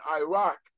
Iraq